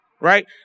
right